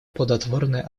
плодотворные